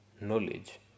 knowledge